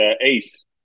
Ace